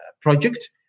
project